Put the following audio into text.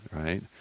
Right